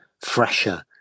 fresher